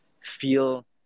feel